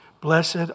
Blessed